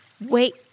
Wait